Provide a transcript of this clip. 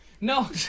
No